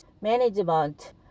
management